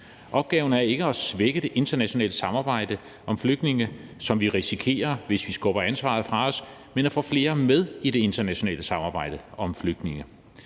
Opgaven er ikke at svække det internationale samarbejde om flygtninge, hvilket vi risikerer, hvis vi skubber ansvaret fra os, men at få flere med i det internationale samarbejde om flygtninge.